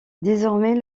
désormais